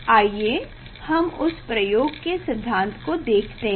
आइए हम उस प्रयोग के सिद्धांत को देखते हैं